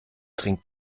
trinkt